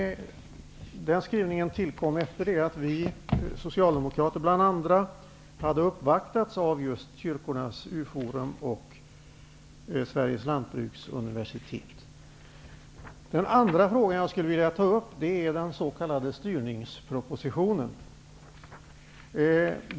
Den skrivningen tillkom efter det att bl.a. vi socialdemokrater hade uppvaktats av just kyrkornas U-forum och Sveriges Den andra frågan som jag vill ta upp gäller den s.k. styrningspropositionen.